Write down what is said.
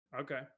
Okay